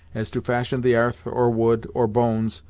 as to fashion the arth, or wood, or bones,